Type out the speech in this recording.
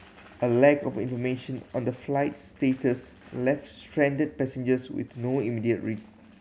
a lack of information on the flight's status left stranded passengers with no immediate